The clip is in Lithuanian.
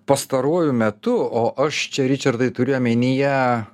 pastaruoju metu o aš čia ričardai turiu omenyje